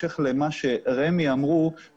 בהמשך למה שנאמר על ידי נציגי רשות מקרקעי ישראל,